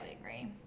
agree